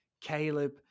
Caleb